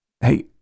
Hey